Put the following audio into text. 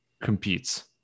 competes